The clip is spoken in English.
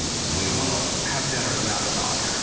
yeah we will have dinner but not a dog.